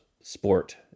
sport